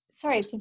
Sorry